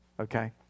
Okay